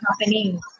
happening